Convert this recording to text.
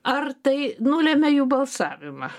ar tai nulemia jų balsavimą